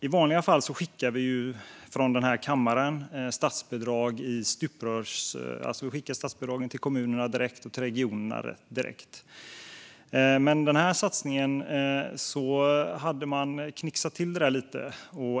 I vanliga fall skickar vi ju från den här kammaren statsbidragen till kommunerna och regionerna direkt, men i den här satsningen hade man knixat till det lite.